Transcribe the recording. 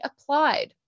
applied